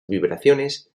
vibraciones